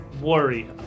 worry